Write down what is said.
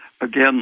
Again